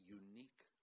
unique